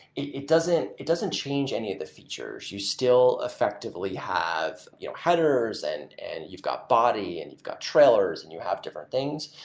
it doesn't it doesn't change any of the features. you still effectively have you know headers, and and you've got body, and you've got trailer, and you have different things,